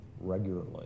regularly